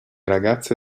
ragazze